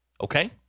Okay